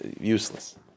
useless